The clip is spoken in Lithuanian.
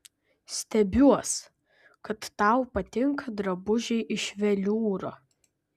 stebiuos kad tau patinka drabužiai iš veliūro